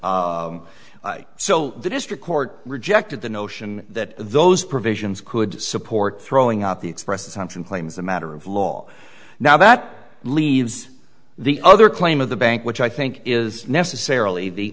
right so the district court rejected the notion that those provisions could support throwing out the express assumption claims a matter of law now that leaves the other claim of the bank which i think is necessarily the